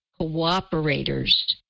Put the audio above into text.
cooperators